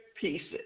pieces